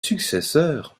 successeurs